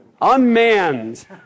unmanned